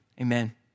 Amen